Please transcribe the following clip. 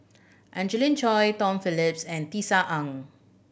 Angelina Choy Tom Phillips and Tisa Ng